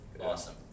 Awesome